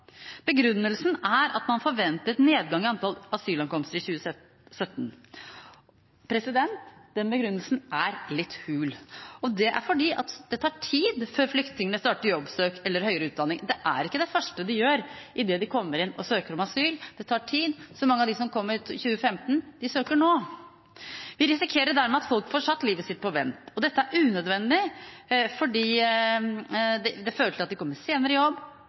Begrunnelsen er at man forventet nedgang i antall asylankomster i 2017. Den begrunnelsen er litt hul, og det er fordi det tar tid før flyktningene starter jobbsøk eller høyere utdanning. Det er ikke det første de gjør idet de kommer inn og søker om asyl – det tar tid. Mange av dem som kom i 2015, søker nå. Vi risikerer dermed at folk får satt livet sitt på vent. Dette er unødvendig fordi det fører til at de kommer senere i jobb